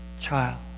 child